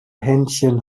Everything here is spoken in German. händchen